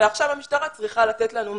ועכשיו המשטרה צריכה לתת לנו מענה.